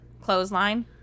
clothesline